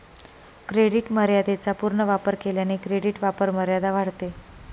credit मर्यादेचा पूर्ण वापर केल्याने क्रेडिट वापरमर्यादा वाढते